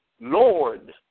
Lord